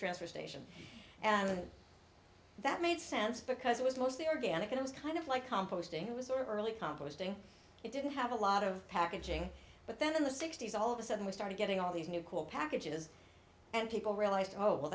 transfer station and that made sense because it was mostly organic it was kind of like composting it was early composting it didn't have a lot of packaging but then in the sixty's all of a sudden we started getting all these new cool packages and people realized oh well